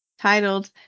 Titled